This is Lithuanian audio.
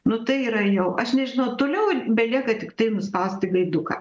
nu tai yra jau aš nežinau toliau belieka tiktai nuspausti gaiduką